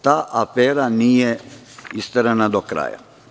Ta afera nije isterana do kraja.